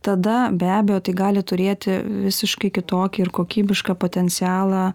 tada be abejo tai gali turėti visiškai kitokį ir kokybišką potencialą